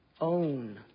own